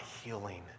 healing